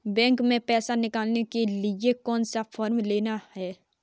Bank में पैसा निकालने के लिए कौन सा फॉर्म लेना है?